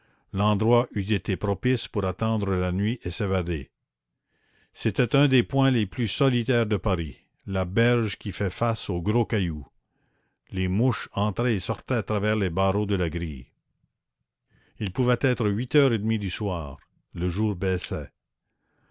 l'endroit eût été propice pour attendre la nuit et s'évader c'était un des points les plus solitaires de paris la berge qui fait face au gros caillou les mouches entraient et sortaient à travers les barreaux de la grille il pouvait être huit heures et demie du soir le jour baissait